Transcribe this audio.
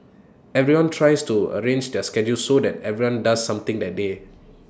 everyone tries to arrange their schedules so that everyone does something that day